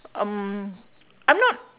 um I'm not